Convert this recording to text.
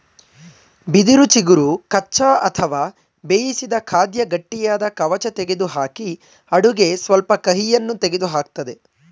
ಬಿದಿರು ಚಿಗುರು ಕಚ್ಚಾ ಅಥವಾ ಬೇಯಿಸಿದ ಖಾದ್ಯ ಗಟ್ಟಿಯಾದ ಕವಚ ತೆಗೆದುಹಾಕಿ ಅಡುಗೆ ಸ್ವಲ್ಪ ಕಹಿಯನ್ನು ತೆಗೆದುಹಾಕ್ತದೆ